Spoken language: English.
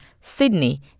Sydney